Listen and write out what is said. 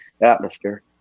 atmosphere